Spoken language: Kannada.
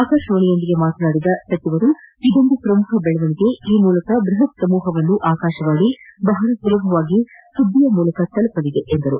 ಆಕಾಶವಾಣಿಯೊಂದಿಗೆ ಮಾತನಾಡಿದ ರಾಜ್ಯವರ್ಧನ್ ರಾಥೋಡ್ ಇದೊಂದು ಪ್ರಮುಖ ಬೆಳವಣಿಗೆ ಈ ಮೂಲಕ ಬೃಹತ್ ಸಮೂಹವನ್ನು ಆಕಾಶವಾಣಿ ಬಹಳ ಸುಲಭವಾಗಿ ಸುದ್ದಿ ಮೂಲಕ ತಲುಪಲಿದೆ ಎಂದರು